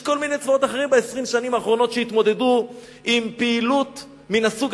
יש כל מיני צבאות אחרים שב-20 השנים האחרונות התמודדו עם פעילות גרילה,